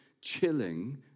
chilling